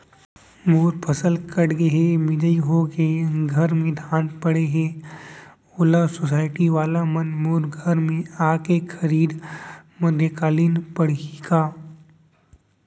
मोर फसल कट गे हे, मिंजाई हो गे हे, घर में धान परे हे, ओला सुसायटी वाला मन मोर घर म आके खरीद मध्यकालीन पड़ही का?